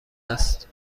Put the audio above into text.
است